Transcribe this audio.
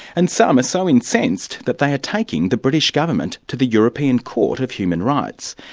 and some are so incensed that they are taking the british government to the european court of human rights.